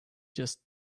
just